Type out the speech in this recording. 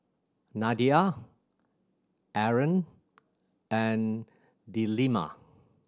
Nadia Aaron and Delima